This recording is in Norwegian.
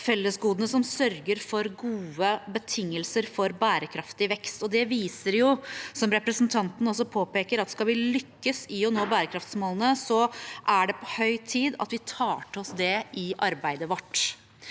fellesgodene som sørger for gode betingelser for bærekraftig vekst. Som representanten også påpeker, viser det at skal vi lykkes med å nå bærekraftsmålene, er det på høy tid at vi tar til oss det i arbeidet vårt.